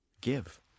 give